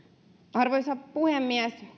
arvoisa puhemies